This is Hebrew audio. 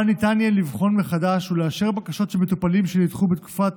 שבה יהיה ניתן לבחון מחדש ולאשר בקשות של מטופלים שנדחו בתקופת